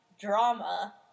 drama